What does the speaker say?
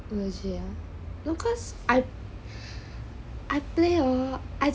legit ah cause I I play hor